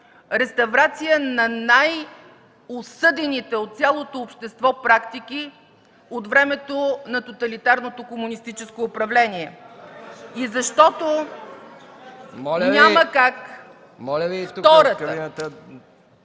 реставрация на най-осъдените от цялото общество практики от времето на тоталитарното комунистическо управление. (Шум и реплики от